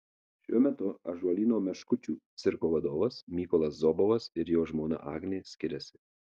šiuo metu ąžuolyno meškučių cirko vadovas mykolas zobovas ir jo žmona agnė skiriasi